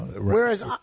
Whereas